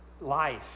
life